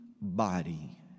body